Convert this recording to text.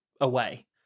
away